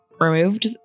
removed